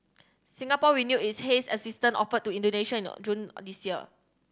Singapore renewed its haze assistance offer to Indonesia in June this year